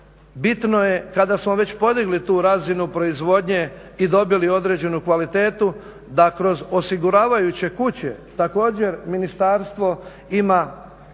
bitno je kada smo već podigli tu razinu proizvodnje i dobili određenu kvalitetu da kroz osiguravajuće kuće također ministarstvo ima